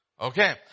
Okay